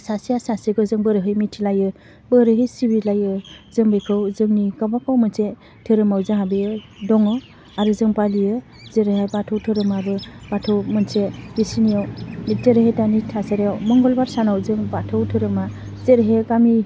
सासेया सासेखौ जों बोरैहाय मिथिलायो बोरैहाय सिबिलायो जों बेखौ जोंनि गाबागाव मोनसे धोरोमाव जाहा बेयो दङ आरो जों फालियो जेरैहाय बाथौ धोरोमारि बाथौ मोनसे बिसिनियाव बिथोरैहाय दानि थासारियाव मंगलबार सानाव जों बाथौ धोरोमा जेरैहाय गामि